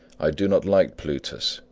i do not like plutus,